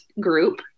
group